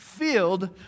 filled